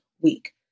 week